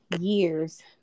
years